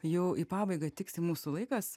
jau į pabaigą tiksi mūsų laikas